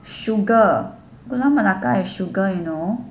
sugar gula melaka is sugar you know